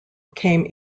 came